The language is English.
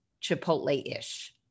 Chipotle-ish